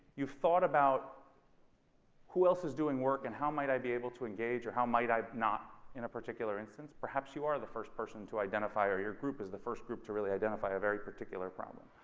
you've thought about who else is doing work and how might i be able to engage or how might i not in a particular instance perhaps you are the first person to identify or your group is the first group to really identify a very particular problem.